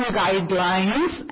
guidelines